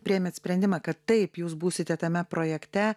priėmėt sprendimą kad taip jūs būsite tame projekte